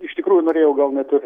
iš tikrųjų norėjau gal net ir